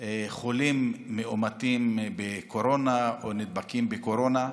חולים מאומתים בקורונה, או נדבקים בקורונה,